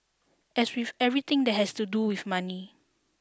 as with everything that has to do with money